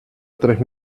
tres